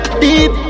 deep